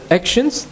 actions